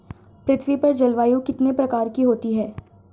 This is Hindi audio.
पृथ्वी पर जलवायु कितने प्रकार की होती है?